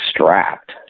strapped